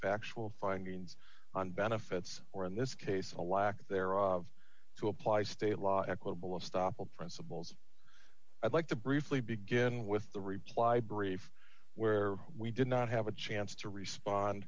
factual findings on benefits or in this case a lack thereof to apply state law equitable stoppel principles i'd like to briefly begin with the reply brief where we did not have a chance to respond